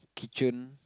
kitchen